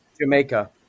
Jamaica